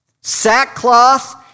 sackcloth